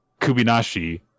Kubinashi